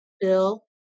Bill